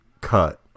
cut